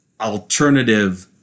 alternative